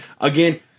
Again